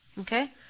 okay